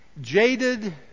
jaded